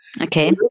Okay